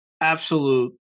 absolute